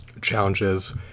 challenges